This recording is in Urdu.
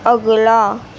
اگلا